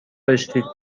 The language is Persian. داشتید